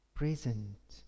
present